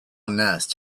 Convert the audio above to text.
nest